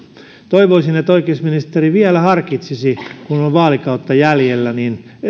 toivoisin että oikeusministeri vielä harkitsisi kun on vaalikautta jäljellä vaikka